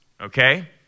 Okay